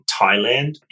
Thailand